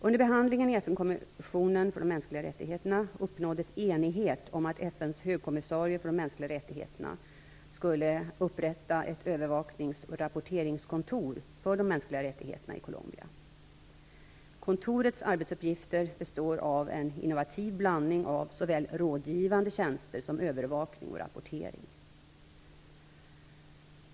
Under behandlingen i FN:s kommission för de mänskliga rättigheterna uppnåddes enighet om att FN:s högkommissarie för de mänskliga rättigheterna skulle upprätta ett övervaknings och rapporteringskontor för de mänskliga rättigheterna i Colombia. Kontorets arbetsuppgifter består av en innovativ blandning av såväl rådgivande tjänster som övervakning och rapportering.